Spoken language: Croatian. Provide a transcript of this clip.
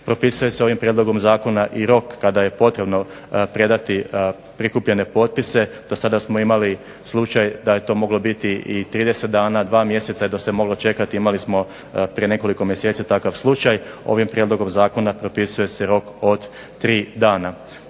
Propisuje se ovim prijedlogom zakona i rok kada je potrebno predati prikupljene potpise. Do sada smo imali slučaj da je to moglo biti i 30 dana, 2 mjeseca da se moglo čekati. Imali smo prije nekoliko mjeseci takav slučaj. Ovim prijedlogom zakona propisuje se rok od tri dana.